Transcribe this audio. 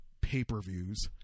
pay-per-views